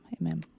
amen